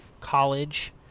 college